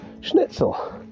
schnitzel